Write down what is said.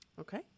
Okay